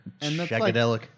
Shagadelic